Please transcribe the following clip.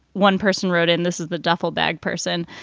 one person wrote, and this is the duffel bag person.